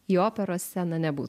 į operos sceną nebūtų